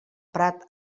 prat